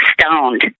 stoned